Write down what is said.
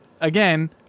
again